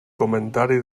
comentari